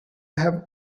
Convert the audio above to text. have